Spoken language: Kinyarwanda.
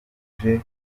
uje